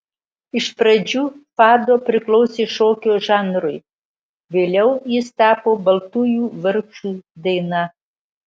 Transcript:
iš pradžių fado priklausė šokio žanrui vėliau jis tapo baltųjų vargšų daina